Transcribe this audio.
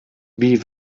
wie